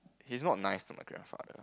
he is not nice to my grandfather